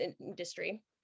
industry